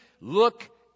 look